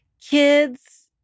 kids